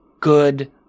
good